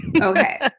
Okay